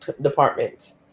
departments